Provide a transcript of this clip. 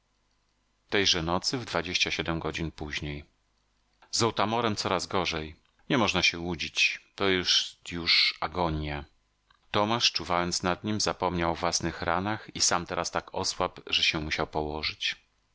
zgrabiałych palców o kiedyż nareszcie wzejdzie słońce z otamorem coraz gorzej nie można się łudzić to jest już agonja tomasz czuwając nad nim zapomniał o własnych ranach i sam teraz tak osłabł że się musiał położyć